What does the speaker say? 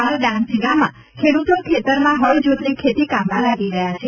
હાલ ડાંગ જિલ્લામાં ખેડ્રતો ખેતરમાં હળ જોતરી ખેતી કામમાં લાગી ગયા છે